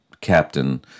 captain